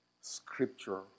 Scripture